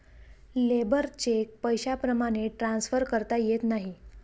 labour cheque पैशाप्रमाणे transfer करता येत नाही